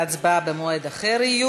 והצבעה יהיו במועד אחר,